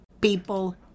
people